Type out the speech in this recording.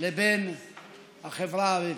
לבין החברה הבדואית.